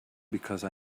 because